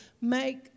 make